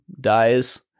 dies